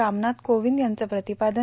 रामनाथ कोविंद यांचं प्रतिपादन